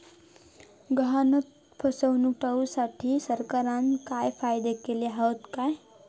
गहाणखत फसवणूक टाळुसाठी सरकारना काय कायदे केले हत काय?